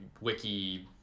wiki